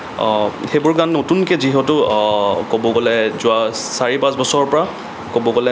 সেইবোৰ গান নতুনকৈ যিহেতু ক'ব গ'লে যোৱা চাৰি পাঁচ বছৰৰ পৰা ক'ব গ'লে